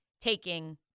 taking